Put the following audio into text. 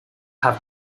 have